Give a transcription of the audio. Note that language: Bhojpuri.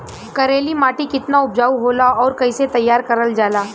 करेली माटी कितना उपजाऊ होला और कैसे तैयार करल जाला?